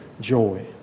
joy